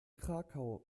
krakau